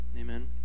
Amen